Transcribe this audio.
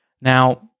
Now